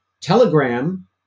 Telegram